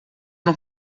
não